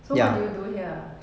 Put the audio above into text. so what do you do here ah